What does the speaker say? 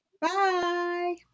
bye